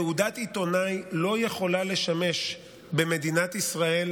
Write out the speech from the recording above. תעודת עיתונאי לא יכולה לשמש במדינת ישראל